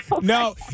No